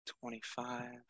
Twenty-five